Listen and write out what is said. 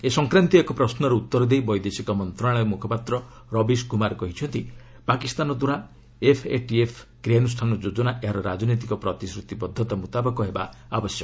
ଏ ସଂକ୍ରାନ୍ତୀୟ ଏକ ପ୍ରଶ୍ୱର ଉତ୍ତର ଦେଇ ବୈଦେଶିକ ମନ୍ତ୍ରଣାଳୟ ମୁଖପାତ୍ର ରବିଶ କୁମାର କହିଛନ୍ତି ପାକିସ୍ତାନ ଦ୍ୱାରା ଏଫ୍ଏଟିଏଫ୍ କ୍ରିୟାନୁଷ୍ଠାନ ଯୋଜନା ଏହାର ରାଜନୈତିକ ପ୍ରତିଶ୍ରତିବଦ୍ଧତା ମୁତାବକ ହେବ ଉଚିତ୍